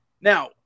Now